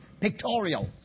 pictorial